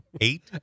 eight